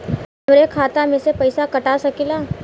हमरे खाता में से पैसा कटा सकी ला?